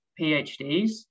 PhDs